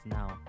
now